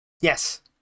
Yes